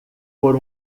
por